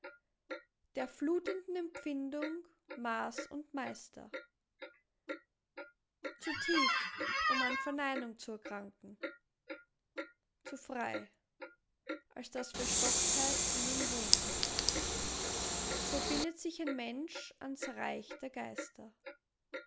der flutenden empfindung maß und meister zu tief um an verneinung zu erkranken zu frei als daß verstocktheit in ihm wohne so bindet sich ein mensch ans reich der geister